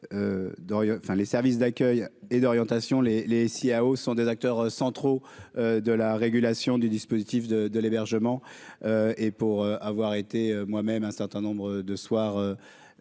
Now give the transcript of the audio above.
les services d'accueil et d'orientation, les, les, ce sont des acteurs centraux de la régulation du disque. Positif de de l'hébergement et pour avoir été moi-même un certain nombre de soir